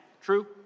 True